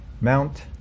Mount